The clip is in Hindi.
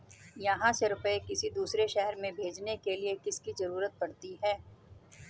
यहाँ से रुपये किसी दूसरे शहर में भेजने के लिए किसकी जरूरत पड़ती है?